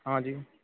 हाँ जी